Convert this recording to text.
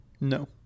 no